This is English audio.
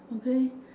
okay